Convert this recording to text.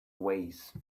ways